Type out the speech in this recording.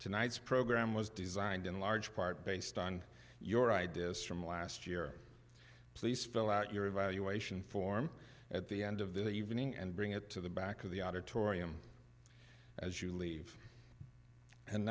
tonight's program was designed in large part based on your ideas from last year please fill out your evaluation form at the end of the evening and bring it to the back of the auditorium as you leave and